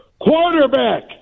quarterback